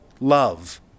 love